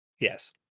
Yes